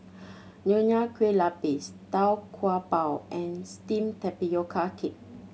Nonya Kueh Lapis Tau Kwa Pau and steamed tapioca cake